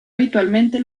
habitualmente